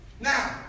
Now